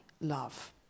love